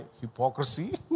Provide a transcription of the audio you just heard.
hypocrisy